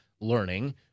learning